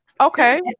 Okay